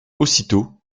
aussitôt